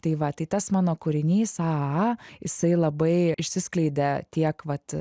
tai va tai tas mano kūrinys a a a jisai labai išsiskleidė tiek vat